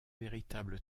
véritable